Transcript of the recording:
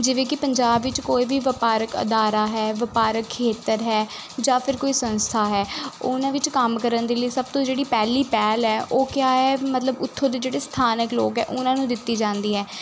ਜਿਵੇਂ ਕਿ ਪੰਜਾਬ ਵਿੱਚ ਕੋਈ ਵੀ ਵਪਾਰਕ ਅਦਾਰਾ ਹੈ ਵਪਾਰਕ ਖੇਤਰ ਹੈ ਜਾਂ ਫਿਰ ਕੋਈ ਸੰਸਥਾ ਹੈ ਉਹਨਾਂ ਵਿੱਚ ਕੰਮ ਕਰਨ ਦੇ ਲਈ ਸਭ ਤੋਂ ਜਿਹੜੀ ਪਹਿਲੀ ਪਹਿਲ ਹੈ ਉਹ ਕਿਹਾ ਹੈ ਮਤਲਬ ਉੱਥੋਂ ਦੇ ਜਿਹੜੇ ਸਥਾਨਕ ਲੋਕ ਆ ਉਹਨਾਂ ਨੂੰ ਦਿੱਤੀ ਜਾਂਦੀ ਹੈ